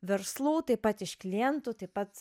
verslų taip pat iš klientų taip pat